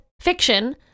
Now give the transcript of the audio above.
fiction